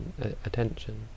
attention